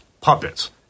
puppets